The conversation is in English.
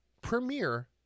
premiere